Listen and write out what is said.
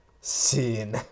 seen